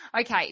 Okay